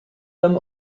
them